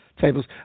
tables